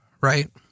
right